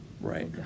right